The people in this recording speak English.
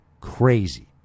crazy